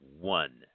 one